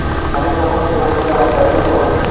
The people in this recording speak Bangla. অনেক রকম সোর্স থেকে আমি ক্যাপিটাল পাবো